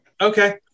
Okay